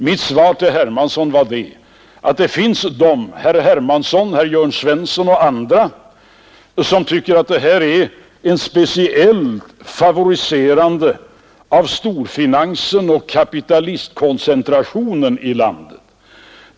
Mitt svar till herr Hermansson var att det finns de — herr Hermansson, herr Jörn Svensson och andra — som tycker att det här är ett favoriserande av storfinansen och kapitalistkoncentrationen i landet.